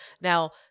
Now